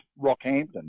Rockhampton